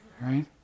right